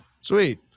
Sweet